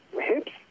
hips –